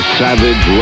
savage